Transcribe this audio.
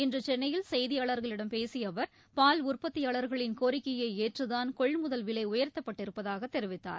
இன்று சென்னையில் செய்தியாளர்களிடம் பேசிய அவர் பால் உற்பத்தியாளர்களின் கோரிக்கையை ஏற்றுத்தான் கொள்முதல் விலை உயர்த்தப்பட்டிருப்பதாக தெரிவித்தார்